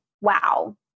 wow